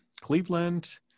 Cleveland